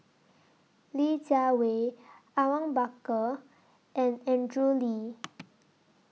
Li Jiawei Awang Bakar and Andrew Lee